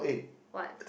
what